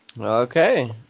okay